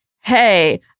hey